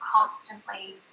constantly